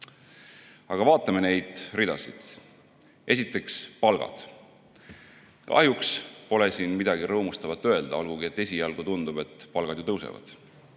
vaatame neid ridasid. Esiteks palgad. Kahjuks pole siin midagi rõõmustavat öelda, olgugi et esialgu tundub, et palgad ju tõusevad.